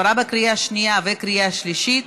עברה בקריאה שנייה ובקריאה שלישית,